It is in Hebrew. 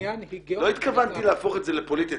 עניין -- לא התכוונתי להפוך את זה לפוליטי,